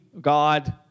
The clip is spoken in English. God